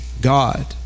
God